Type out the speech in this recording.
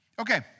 Okay